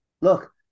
look